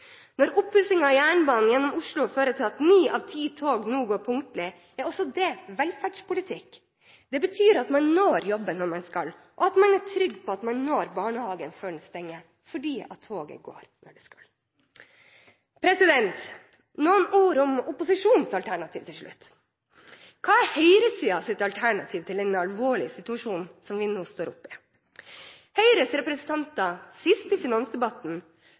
Når oppussingen av jernbanen gjennom Oslo fører til at ni av ti tog nå går punktlig, er det også velferdspolitikk. Det betyr at man når jobben når man skal, og at man er trygg på at man når barnehagen før den stenger fordi toget går når det skal. Noen ord om opposisjonens alternativ til slutt. Hva er høyresidens alternativ til den alvorlige situasjonen vi nå står oppe i? Høyres representanter, sist i finansdebatten,